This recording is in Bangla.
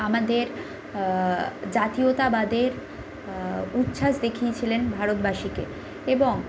আমাদের জাতীয়তাবাদের উচ্ছ্বাস দেখিয়েছিলেন ভারতবাসীকে এবং